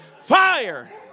fire